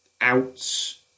Outs